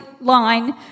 line